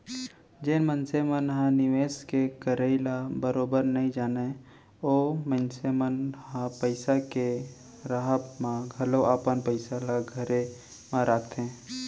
जेन मनसे मन ह निवेस के करई ल बरोबर नइ जानय ओ मनसे मन ह पइसा के राहब म घलौ अपन पइसा ल घरे म राखथे